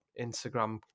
Instagram